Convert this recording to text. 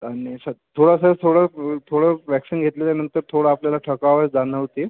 आणि थोडस थोडं थोडं व्हॅक्सिन घेतल्यानंतर थोडा आपल्याला थकावट जाणवते